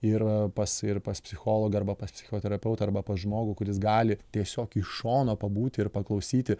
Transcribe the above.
ir pas ir pas psichologą arba pas psichoterapeutą arba pas žmogų kuris gali tiesiog iš šono pabūti ir paklausyti